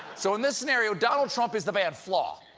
so in this scenario, donald trump is the band flaw,